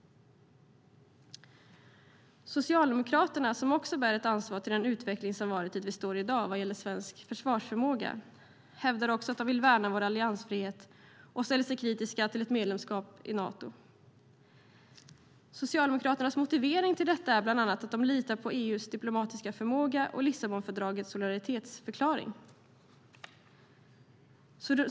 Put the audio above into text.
Socialdemokraterna, som också bär ett ansvar för den utveckling som varit till där vi står i dag vad gäller svensk försvarsförmåga, hävdar också att de vill värna vår alliansfrihet och ställer sig kritiska till ett medlemskap i Nato. Socialdemokraternas motivering till detta är bland annat att de litar på EU:s diplomatiska förmåga och Lissabonfördragets solidaritetsförklaring.